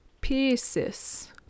Pieces